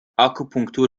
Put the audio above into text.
akupunktur